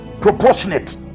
proportionate